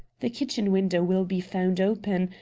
the kitchen window will be found open,